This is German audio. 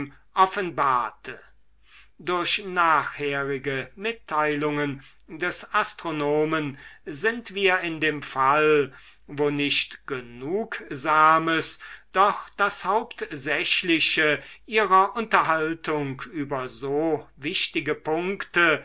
offenbarte durch nachherige mitteilungen des astronomen sind wir in dem fall wo nicht genugsames doch das hauptsächliche ihrer unterhaltungen über so wichtige punkte